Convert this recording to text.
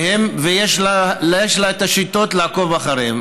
ויש לה את השיטות לעקוב אחריהם,